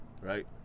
right